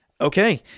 Okay